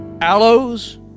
Aloe's